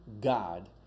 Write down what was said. god